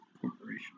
Corporation